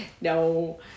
No